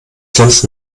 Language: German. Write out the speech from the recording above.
sonst